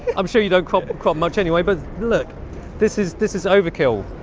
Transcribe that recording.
i'm sure you don't crop crop much anyway, but look this is this is overkill.